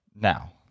Now